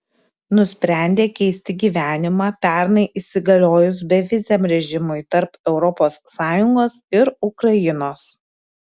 nusprendė keisti gyvenimą pernai įsigaliojus beviziam režimui tarp europos sąjungos ir ukrainos